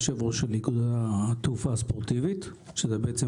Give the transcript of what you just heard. יושב-ראש איגוד התעופה הספורטיבית שזה בעצם